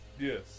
Yes